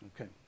Okay